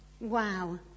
Wow